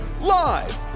live